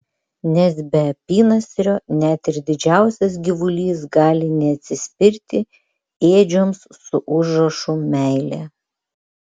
nes be apynasrio net ir didžiausias gyvulys gali neatsispirti ėdžioms su užrašu meilė